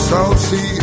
Salty